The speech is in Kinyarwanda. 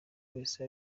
wese